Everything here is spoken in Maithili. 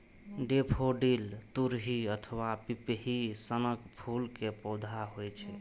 डेफोडिल तुरही अथवा पिपही सनक फूल के पौधा होइ छै